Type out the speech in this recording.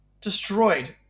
destroyed